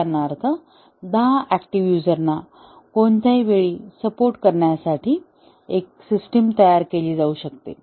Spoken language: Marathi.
उदाहरणार्थ दहा ऍक्टिव्ह युझरना कोणत्याही वेळी सपोर्ट करण्यासाठी एक सिस्टिम तयार केली जाऊ शकते